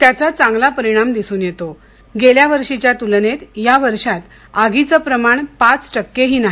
त्याचा चांगला परिणाम दिसून येतो गेल्या वर्षीच्या तुलनेत या वर्षात आगीचं प्रमाण पाच टक्केही नाही